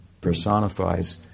personifies